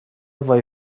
وای